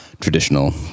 traditional